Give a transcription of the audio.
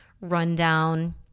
rundown